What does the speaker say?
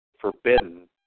forbidden